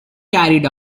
carried